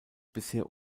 bisher